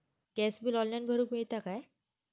Gas bill online भरुक मिळता काय?